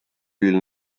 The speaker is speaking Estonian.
küll